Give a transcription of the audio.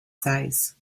size